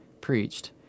preached